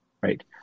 Right